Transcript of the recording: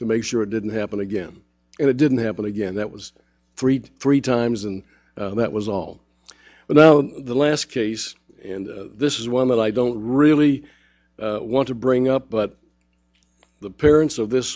to make sure it didn't happen again and it didn't happen again that was freed three times and that was all without the last case and this is one that i don't really want to bring up but the parents of this